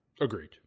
Agreed